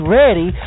ready